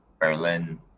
Berlin